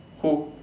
who